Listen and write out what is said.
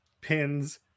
pins